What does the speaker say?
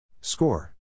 Score